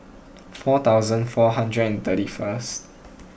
four thousand four hundred and thirty first